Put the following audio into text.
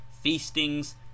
feastings